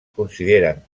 consideren